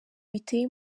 biteye